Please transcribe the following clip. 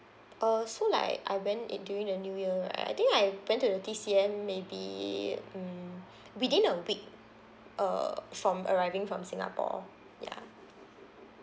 uh so like I went in during the new year like I think I went to the T_C_M maybe mm within a week err from arriving from singapore ya